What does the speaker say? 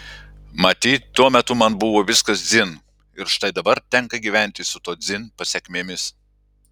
matyt tuo metu man buvo viskas dzin ir štai dabar tenka gyventi su to dzin pasekmėmis